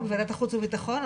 או בוועדת החוץ ובטחון,